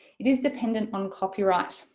it is dependent on copyright.